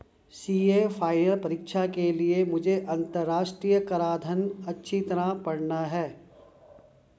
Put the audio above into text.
CA final परीक्षा के लिए मुझे अंतरराष्ट्रीय कराधान अच्छी तरह पड़ना है